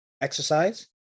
exercise